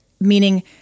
Meaning